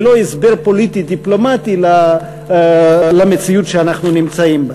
ולא הסבר פוליטי-דיפלומטי למציאות שאנחנו נמצאים בה.